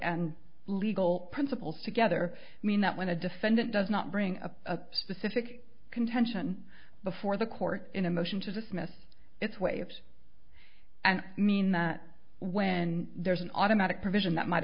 and legal principles together mean that when a defendant does not bring a specific contention before the court in a motion to dismiss its waves and mean that when there's an automatic provision that might